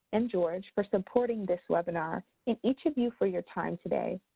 and george for supporting this webinar and each of you for your time today.